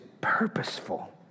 purposeful